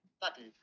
button